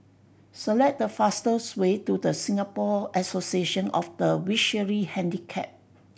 select the fastest way to The Singapore Association of the Visually Handicapped